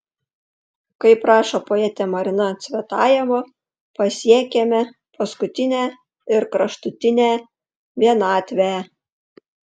kaip rašo poetė marina cvetajeva pasiekiame paskutinę ir kraštutinę vienatvę